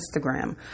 Instagram